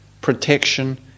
protection